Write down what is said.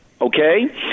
okay